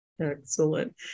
excellent